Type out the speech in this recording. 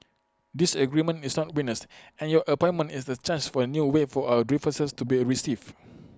disagreement is not weakness and your appointment is A chance for A new way for our differences to be received